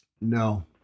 no